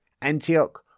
Antioch